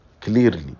clearly